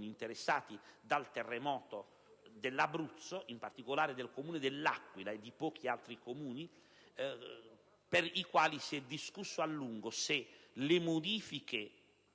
interessati dal terremoto dell'Abruzzo, in particolare il Comune dell'Aquila e pochi altri, per cui si è discusso a lungo se le modifiche